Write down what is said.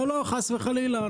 לא, חס וחלילה.